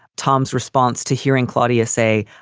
tom's response to hearing claudia say,